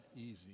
easy